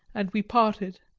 and we parted.